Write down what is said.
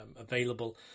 available